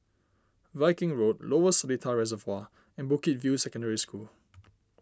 Viking Road Lower Seletar Reservoir and Bukit View Secondary School